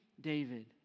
David